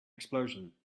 explosion